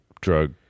drug